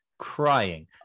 crying